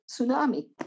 tsunami